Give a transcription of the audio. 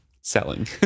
selling